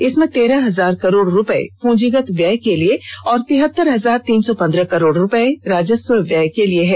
इसमें तेरह हजार करोड़ रुपये पूंजीगत व्यय के लिए और तिहतर हजार तीन सौ पंद्रह करोड़ रुपये राजस्व व्यय के लिए है